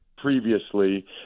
Previously